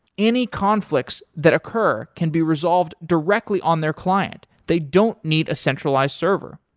any conflicts that occur can be resolved directly on their client. they don't need a centralized server.